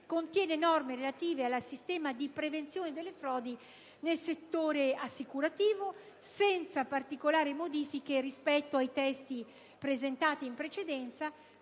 contiene norme relative al sistema di prevenzione frodi nel settore assicurativo, senza particolari modifiche rispetto ai testi presentati in precedenza,